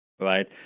right